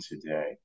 today